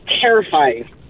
terrifying